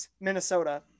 Minnesota